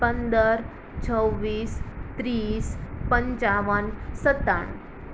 પંદર છવ્વીસ ત્રીસ પંચાવન સત્તાણું